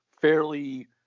fairly